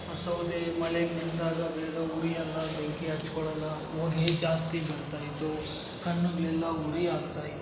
ಸೌದೆ ಮಳೆಯಲ್ ನೆಂದಾಗ ಬೇಗ ಉರಿಯೋಲ್ಲ ಬೆಂಕಿ ಹಚ್ಕೊಳಲ್ಲ ಹೊಗೆ ಜಾಸ್ತಿ ಬರ್ತಾ ಇದ್ವು ಕಣ್ಣುಗಳೆಲ್ಲ ಉರಿ ಆಗ್ತಾಯಿತ್ತು